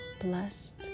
blessed